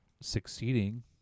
succeeding